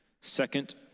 second